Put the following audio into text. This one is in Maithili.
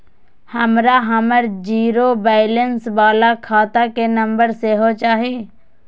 हमरा हमर जीरो बैलेंस बाला खाता के नम्बर सेहो चाही